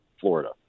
Florida